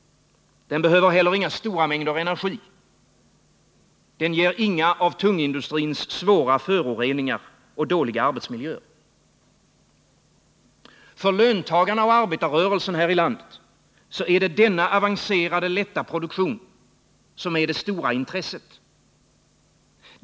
Den behöver inga stora mängder energi. Den ger inga av tungindustrins svåra föroreningar och dåliga arbetsmiljöer. För löntagarna och arbetarrörelsen här i landet är det denna avancerade, lätta produktion som är det stora intresset.